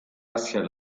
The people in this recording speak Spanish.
hacia